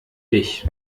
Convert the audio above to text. dich